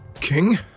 King